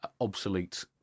obsolete